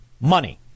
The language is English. money